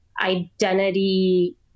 identity